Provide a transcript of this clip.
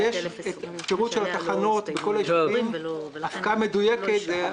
יש פירוט של התחנות בכל הישובים, הפקעה מדויקת.